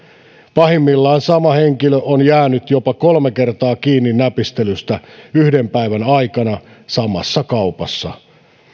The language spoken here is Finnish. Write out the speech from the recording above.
pahimmillaan sama henkilö on jäänyt jopa kolme kertaa kiinni näpistelystä yhden päivän aikana samassa kaupassa